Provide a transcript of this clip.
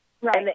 right